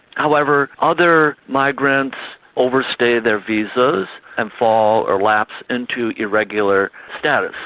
however, other migrants overstay their visas and fall or lapse into irregular status.